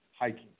hiking